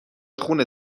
خون